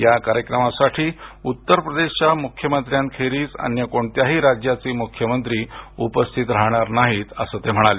या कार्यक्रमासाठी उत्तर प्रदेशच्या मुख्यमंत्र्यांखेरीज अन्य कोणत्याही राज्याचे मुख्यमंत्री उपस्थित असणार नाहीत असं ते म्हणाले